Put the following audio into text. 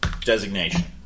designation